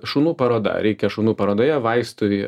šunų paroda reikia šunų parodoje vaistui